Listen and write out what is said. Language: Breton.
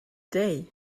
dezhi